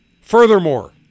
Furthermore